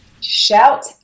Shout